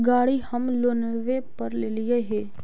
गाड़ी हम लोनवे पर लेलिऐ हे?